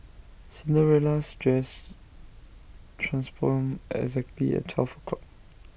Cinderella's dress transformed exactly at twelve o'clock